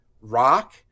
rock